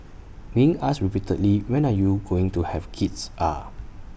being asked repeatedly when are you going to have kids ah